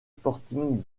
sporting